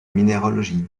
minéralogie